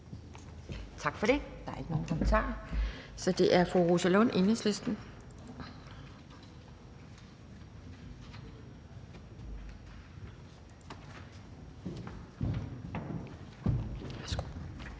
Tak for det. Der er ikke nogen kommentarer. Så er det fru Rosa Lund, Enhedslisten. Kl.